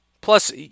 Plus